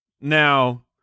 Now